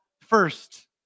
first